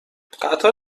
قطار